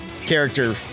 character